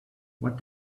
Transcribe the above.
what